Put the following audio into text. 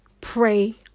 pray